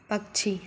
पक्षी